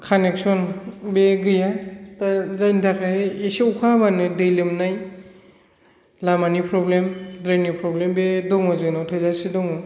connection बे गैया दा जायनि थाखाय एसे अखा हाबानो दै लोमनाय लामानि फ्रब्लेम द्रेन नि फ्रब्लेम बे दङ जोंनाव बेयो थोजासे दङ